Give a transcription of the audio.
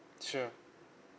sure